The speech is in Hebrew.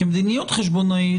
כי מדיניות חשבונאית,